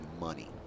money